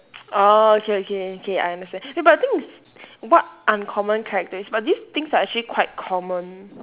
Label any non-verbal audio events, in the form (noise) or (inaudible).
(noise) orh okay okay K I understand no but the thing is what uncommon characteristic but these things are actually quite common